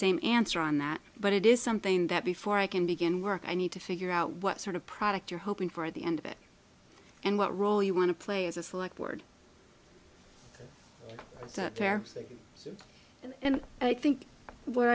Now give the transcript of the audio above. same answer on that but it is something that before i can begin work i need to figure out what sort of product you're hoping for at the end of it and what role you want to play as a select board it's a fair thing and i think where